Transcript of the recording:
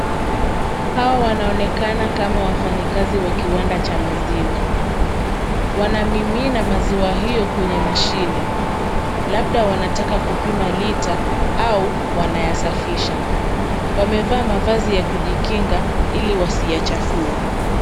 Hawa wanaonekana kama wafanyikazi wa kiwanda cha maziwa. Wanamimina maziwa hiyo kwenye mashine, labda wanataka kupima lita au wanayasafisha, wamevaa mavazi ya kujikinga ili wasiyachafue.